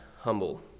humble